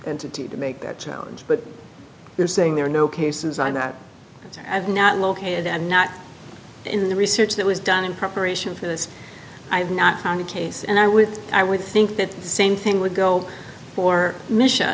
entity to make that challenge but they're saying there are no cases on that i've not located and not in the research that was done in preparation for this i have not found a case and i would i would think that same thing would go for misha